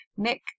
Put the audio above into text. Nick